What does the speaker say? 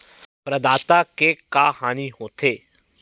प्रदाता के का हानि हो थे?